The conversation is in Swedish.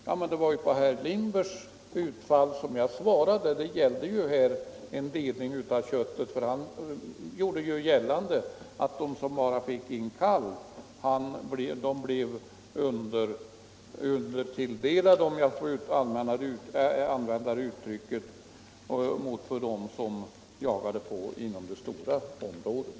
Ja, men det var på herr Lindbergs utfall som jag svarade. Han gjorde gällande att de som bara fick en kalv blev undertilldelade - om jag får använda det uttrycket — i jämförelse med dem som jagade inom det stora området.